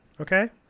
Okay